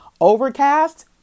Overcast